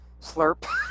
Slurp